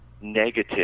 negative